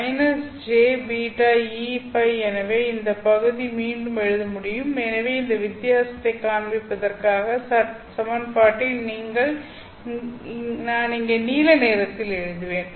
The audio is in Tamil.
jβEØ எனவே இந்த பகுதி மீண்டும் எழுத முடியும் எனவே இந்த வித்தியாசத்தைக் காண்பிப்பதற்காக சமன்பாட்டை நான் இங்கே நீல நிறத்தில் எழுதுவேன்